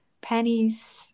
Pennies